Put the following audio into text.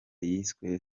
yiswe